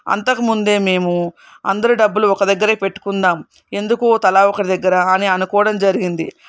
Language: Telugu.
అంతకుముందే మేము అందరి డబ్బులు ఒక దగ్గరే పెట్టుకుందాం ఎందుకు తలా ఒకరి దగ్గర అని అనుకోవడం జరిగింది